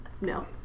No